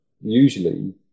usually